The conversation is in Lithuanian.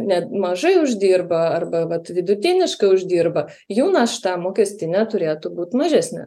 net mažai uždirba arba vat vidutiniškai uždirba jų našta mokestinė turėtų būt mažesnė